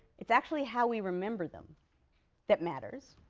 it's actually how we remember them that matters,